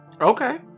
Okay